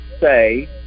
say